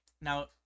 Now